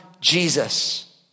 Jesus